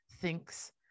thinks